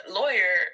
lawyer